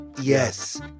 Yes